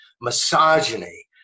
misogyny